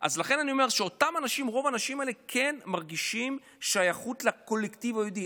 אז לכן אני אומר שרוב האנשים האלה כן מרגישים שייכות לקולקטיב היהודי.